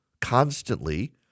constantly